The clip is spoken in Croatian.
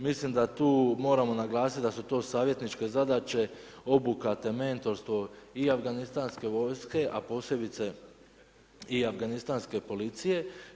Mislim da tu moramo naglasiti da su to savjetniče zadaće, obuka te mentorstvo i afganistanske vojske, a posebice, i afganistanske policije.